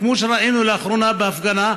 כמו שראינו לאחרונה בהפגנה,